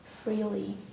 freely